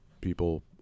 people